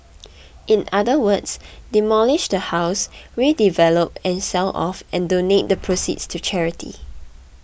in other words demolish the house redevelop and sell off and donate the proceeds to charity